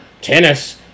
tennis